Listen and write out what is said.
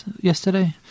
yesterday